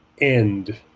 end